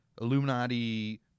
Illuminati